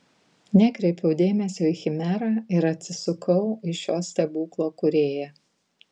nekreipiau dėmesio į chimerą ir atsisukau į šio stebuklo kūrėją